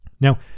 Now